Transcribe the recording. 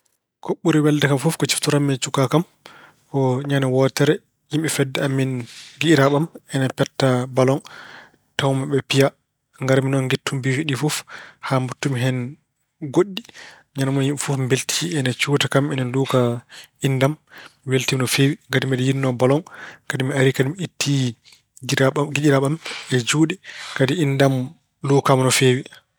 Ko ɓuri welnde ko siftorammi e cukaagu am ko ñande wootere yimɓe fedde amin, giƴiraaɓe am ina petta baloŋ, tawmi aɓe piya. Ngarmi noon ngittu biyuuji ɗi fof haa mbaɗtumi hen goɗɗi. Ñande mun yimɓe fof mbelti, ina cuuta kam, ina lukaa innde am. Mi weltiima no feewi ngati mbeɗa yiɗnoo baloŋ kadi mi ari kadi mi ittii giƴiraaɓe am e juuɗe, kadi innde lukaama no feewi.